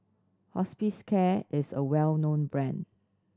Hospicare is a well known brand